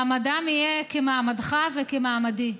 מעמדם יהיה כמעמדך וכמעמדי.